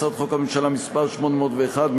הצעות חוק הממשלה מס' 801,